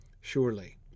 Surely